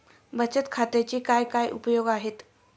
बचत खात्याचे काय काय उपयोग आहेत?